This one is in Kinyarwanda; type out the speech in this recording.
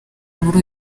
muri